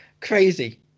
crazy